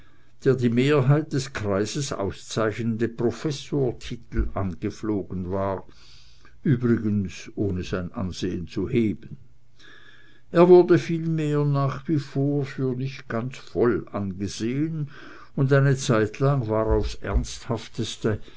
der die mehrheit des kreises auszeichnende professortitel angeflogen war übrigens ohne sein ansehen zu heben er wurde vielmehr nach wie vor für nicht ganz voll angesehen und eine zeitlang war aufs ernsthafteste